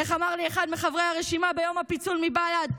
איך אמר לי אחד מחברי הרשימה ביום הפיצול מבל"ד?